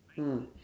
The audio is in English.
mm